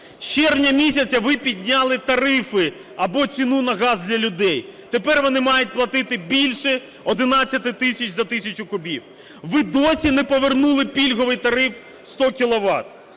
червня місяця ви підняли тарифи або ціну на газ для людей, тепер вони мають платити більше 11 тисяч за тисячу кубів. Ви досі не повернули пільговий тариф 100 кіловат.